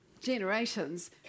generations